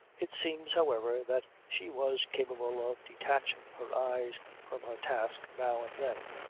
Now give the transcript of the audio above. it seems however that she was capable of detaching her eyes from her task now and then,